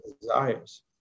desires